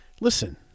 Listen